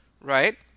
right